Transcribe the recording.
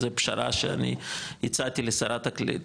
זה פשרה שאני הצעתי לשרת הקליטה,